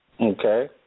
Okay